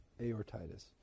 aortitis